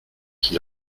qui